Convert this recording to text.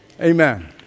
Amen